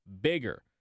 bigger